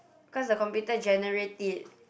cause the computer generate it